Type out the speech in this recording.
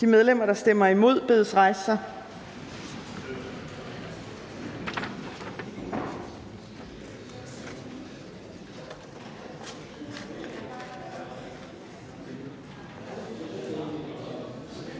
De medlemmer, der stemmer imod, bedes rejse sig.